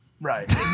right